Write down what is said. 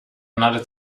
another